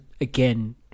again